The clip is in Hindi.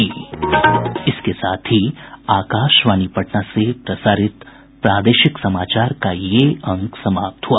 इसके साथ ही आकाशवाणी पटना से प्रसारित प्रादेशिक समाचार का ये अंक समाप्त हुआ